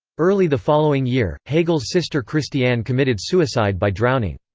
early the following year, hegel's sister christiane committed suicide by drowning.